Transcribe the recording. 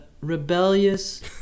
rebellious